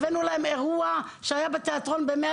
לקחנו אותן לאירוע שהיה בתיאטרון בעלות של